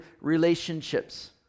relationships